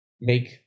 make